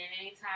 anytime